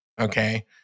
Okay